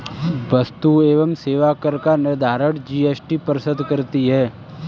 वस्तु एवं सेवा कर का निर्धारण जीएसटी परिषद करती है